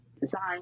design